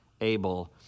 Abel